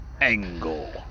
Angle